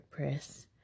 WordPress